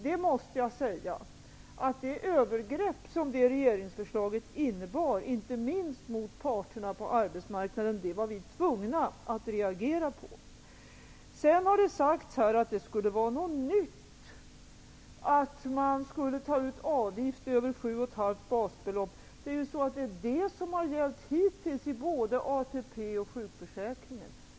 Jag måste säga att det övergrepp som det regeringsförslaget innebar, inte minst mot parterna på arbetsmarknaden, var vi tvungna att reagera mot. Det har sagts här att det skulle vara något nytt att man skulle ta ut avgift över sju och ett halvt basbelopp. Det är det som har gällt hittills i både ATP och sjukförsäkringen.